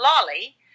lolly